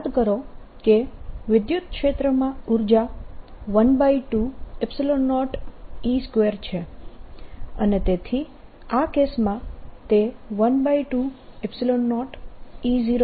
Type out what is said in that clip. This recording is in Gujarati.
યાદ કરો કે વિદ્યુત ક્ષેત્રમાં ઉર્જા 120E 2 છે અને તેથી આ કેસમાં તે 120E02sin2k